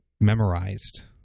memorized